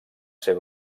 ser